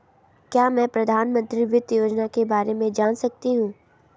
क्या मैं प्रधानमंत्री वित्त योजना के बारे में जान सकती हूँ?